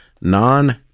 non